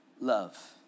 love